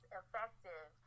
effective